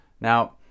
Now